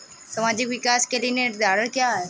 सामाजिक विकास के निर्धारक क्या है?